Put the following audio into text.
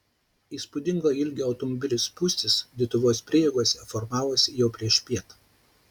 įspūdingo ilgio automobilių spūstys dituvos prieigose formavosi jau priešpiet